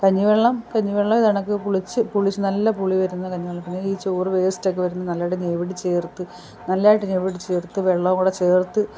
കഞ്ഞിവെള്ളം കഞ്ഞിവെള്ളം ഇതേണക്ക് പുളിച്ച് പുളിച്ച് നല്ല പുളി വരുന്ന കഞ്ഞിവെള്ളത്തിൽ ഈ ചോറ് വേസ്റ്റൊക്കെ വരുന്ന നല്ലോണം ഞെവടി ചേർത്ത് നല്ലതായിട്ട് ഞെവടി ചേർത്ത് വെള്ളോം കൂടെ ചേർത്ത്